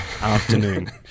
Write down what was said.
afternoon